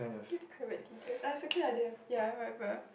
private tutors ah it's okay lah I didn't have ya whatever